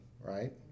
Right